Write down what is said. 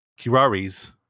Kirari's